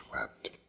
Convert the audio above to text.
wept